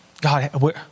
God